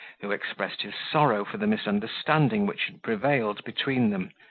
who expressed his sorrow for the misunderstanding which had prevailed between them,